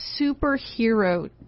superhero